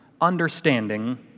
understanding